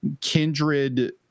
kindred